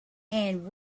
and